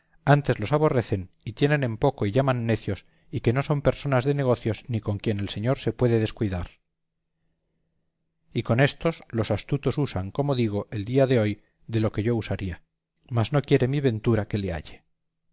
antes los aborrecen y tienen en poco y llaman necios y que no son personas de negocios ni con quien el señor se puede descuidar y con éstos los astutos usan como digo el día de hoy de lo que yo usaría mas no quiere mi ventura que le halle